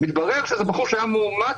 מתברר שזה בחור שהיה מאומתת,